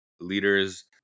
leaders